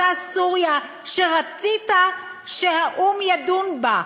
אותה סוריה שרצית שהאו"ם ידון בה.